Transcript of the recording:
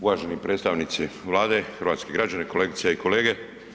Uvaženi predstavnici Vlade, hrvatski građani, kolegice i kolege.